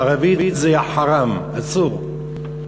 בערבית זה "חראם" אסור.